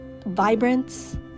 vibrance